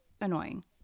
annoying